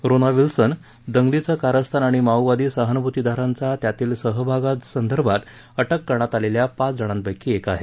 Rona Wilson दंगलीचे कारस्थान आणि माओवादी सहानुभूतीदारांचा त्यातील सहभागासंदर्भात अटक करण्यात आलेल्या पाच जणांपैकी एक आहे